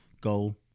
goal